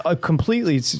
completely